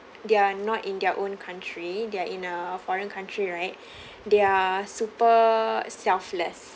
they are not in their own country they're in a foreign country right they are super selfless